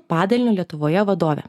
padalinio lietuvoje vadovė